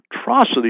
atrocity